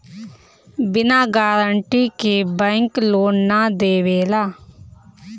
बिना गारंटी के bank loan ना देवेला